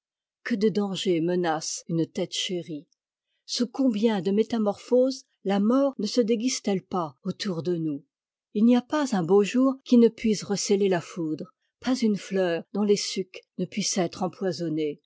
que de dangers menacent une tête chérie sous combien de métamorphoses la mort ne se déguise t elle pas autour de nous il n'y a pas un beau jour qui ne puisse recéler la foudre pas une fleur dont les sucs ne puissent être empoisonnés